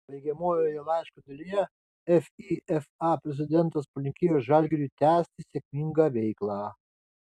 baigiamojoje laiško dalyje fifa prezidentas palinkėjo žalgiriui tęsti sėkmingą veiklą